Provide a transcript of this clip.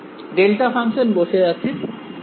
delta function বসে আছে r r′ এ